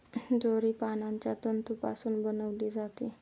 दोरी पानांच्या तंतूपासून बनविली जाते